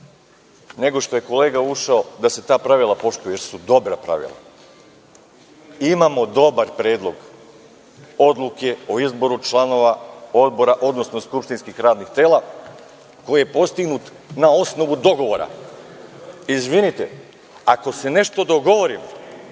nego što je kolega ušao, poštujte, jer su dobra pravila. Imamo dobar predlog odluke o izboru članova odbora, odnosno skupštinskih radnih tela, a koji je postignut na osnovu dogovora. Izvinite, ako se nešto dogovorimo,